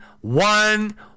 one